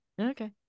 okay